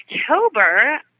October